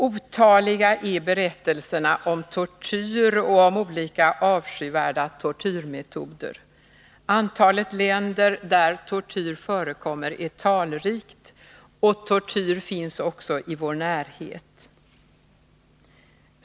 Otaliga är berättelserna om tortyr och om olika avskyvärda tortyrmetoder. Antalet länder där tortyr förekommer är talrikt, och tortyr finns även i vår närhet.